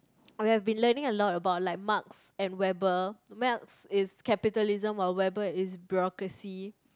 I have been learning a lot about like Marx and Weber Marx is capitalism while Weber is bureaucracy